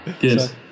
yes